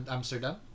Amsterdam